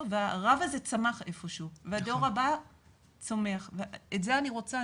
והרבה הזה צמח איפה שהוא והדור הבא צומח ואת זה אני רוצה,